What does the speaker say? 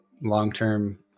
long-term